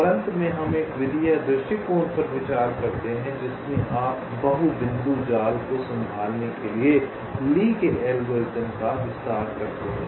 और अंत में हम एक विधि या एक दृष्टिकोण पर विचार करते हैं जिसमें आप बहु बिंदु जाल को संभालने के लिए ली के एल्गोरिथ्म का विस्तार कर सकते हैं